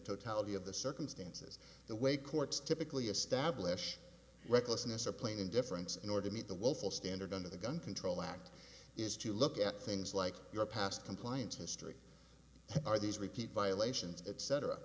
totality of the circumstances the way courts typically establish recklessness are playing in difference in order to meet the willful standard under the gun control act is to look at things like your past compliance history are these repeat violations